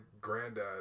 granddad